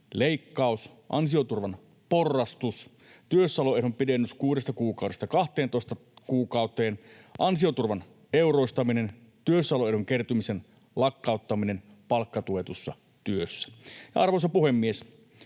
leikkaus, ansioturvan porrastus, työssäoloehdon pidennys kuudesta kuukaudesta 12 kuukauteen, ansioturvan euroistaminen ja työssäoloehdon kertymisen lakkauttaminen palkkatuetussa työssä. Arvoisa puhemies!